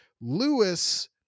Lewis